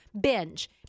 binge